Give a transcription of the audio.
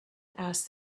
asked